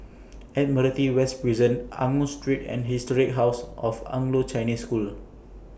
Admiralty West Prison Angus Street and Historic House of Anglo Chinese School